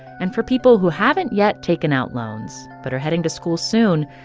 and for people who haven't yet taken out loans but are heading to school soon,